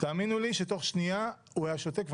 תאמין לי שתוך שנייה הוא היה שותק,